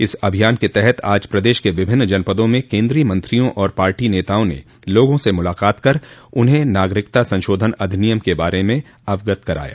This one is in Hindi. इस अभियान के तहत आज प्रदेश के विभिन्न जनपदों में केन्द्रीय मंत्रियों और पार्टी नेताओं ने लोगों से मुलाकात कर उन्हें नागरिकता संशोधन अधिनियम के बारे में अवगत कराया